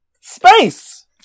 Space